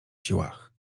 siłach